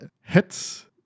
hits